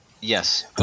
yes